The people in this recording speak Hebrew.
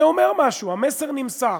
זה אומר משהו, המסר נמסר.